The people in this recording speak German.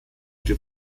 dem